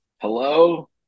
Hello